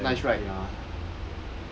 ya